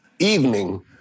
Evening